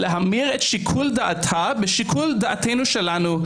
להמיר את שיקול דעתה בשיקול דעתנו שלנו.